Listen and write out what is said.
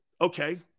Okay